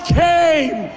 came